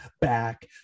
back